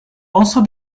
also